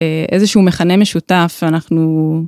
איזשהו מכנה משותף ואנחנו.